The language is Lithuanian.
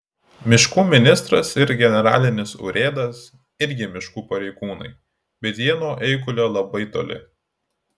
miškų ministras ir generalinis urėdas irgi miškų pareigūnai bet jie nuo eigulio labai toli